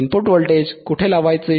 input voltage कुठे लावायचे